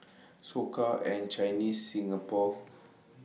Soka and Chinese Singapore